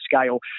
scale